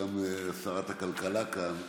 וגם שרת הכלכלה כאן,